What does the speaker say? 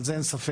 על זה אין ספק.